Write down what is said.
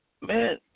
Man